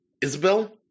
Isabel